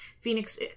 Phoenix